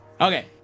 okay